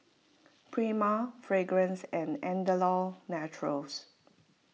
Prima Fragrance and Andalou Naturals